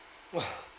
!wah!